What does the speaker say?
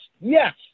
Yes